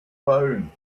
phone